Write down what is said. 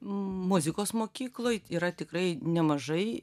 muzikos mokykloje yra tikrai nemažai